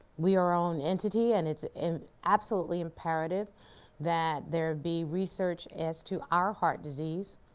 we are our own entity and it's absolutely imperative that there'd be research as to our heart disease.